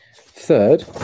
Third